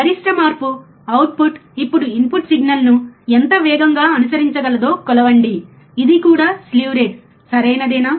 గరిష్ట మార్పు అవుట్పుట్ ఇప్పుడు ఇన్పుట్ సిగ్నల్ను ఎంత వేగంగా అనుసరించగలదో కొలవండి ఇది కూడా స్లీవ్ రేటు సరియైనదేనా